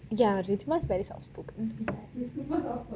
ya rithima is very soft spoken